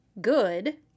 good